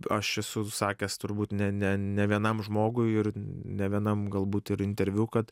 aš esu sakęs turbūt ne ne ne vienam žmogui ir ne vienam galbūt ir interviu kad